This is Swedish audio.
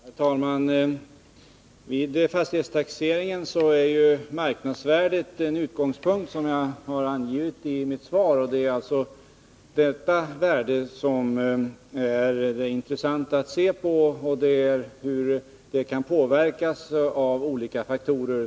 Herr talman! Vid fastighetstaxeringen är ju marknadsvärdet utgångspunkten, som jag har angivit i mitt svar. Det är alltså detta värde som det är intressant att se på, och det viktiga är hur det kan påverkas av olika faktorer.